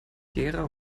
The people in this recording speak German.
gera